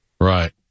right